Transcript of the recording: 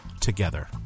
together